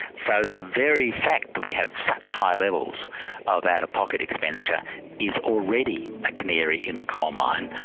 so the very fact that we have such high levels of out-of-pocket expenditure is already a canary in the coalmine,